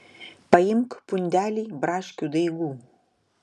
paimk pundelį braškių daigų